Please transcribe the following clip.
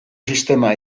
sistema